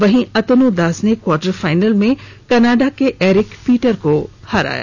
वहीं अतन् दास ने quarter final में कानाडा के एरिक पिटर को हराया